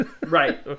Right